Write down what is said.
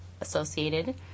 associated